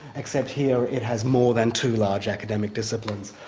except here it has more than two large academic disciplines,